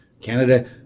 Canada